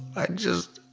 i just